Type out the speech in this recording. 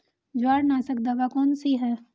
जवारनाशक दवा कौन सी है?